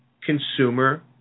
consumer